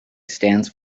stands